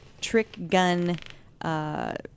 trick-gun